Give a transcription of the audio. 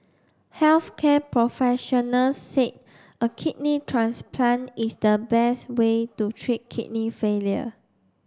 health care professionals said a kidney transplant is the best way to treat kidney failure